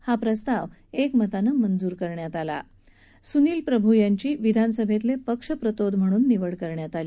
हा प्रस्ताव एकमतानं मंजूर करण्यात आला तसंच सुनील प्रभू यांची विधानसभेतले पक्षप्रतोद म्हणून निवड करण्यात आली